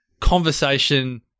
conversation